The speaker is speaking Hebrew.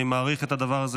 אני מעריך את הדבר הזה.